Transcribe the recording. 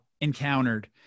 encountered